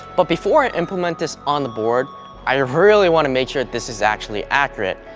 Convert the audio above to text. but before i implement this on the board i really want to make sure this is actually accurate.